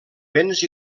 vents